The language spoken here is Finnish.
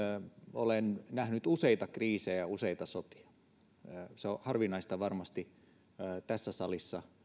olen nähnyt useita kriisejä ja useita sotia se on varmasti harvinaista tässä salissa